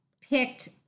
picked